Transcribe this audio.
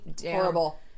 Horrible